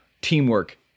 teamwork